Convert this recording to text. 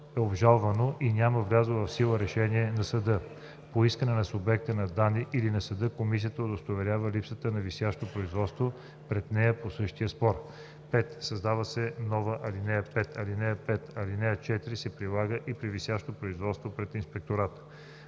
е обжалвано и няма влязло в сила решение на съда. По искане на субекта на данни или на съда комисията удостоверява липсата на висящо производство пред нея по същия спор.“ 5. Създава се нова ал. 5: „(5) Алинея 4 се прилага и при висящо производство пред инспектората.“